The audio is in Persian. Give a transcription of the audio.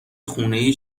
خونه